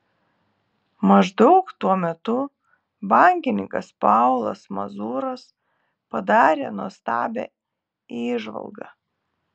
maždaug tuo metu bankininkas paulas mazuras padarė nuostabią įžvalgą